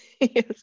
Yes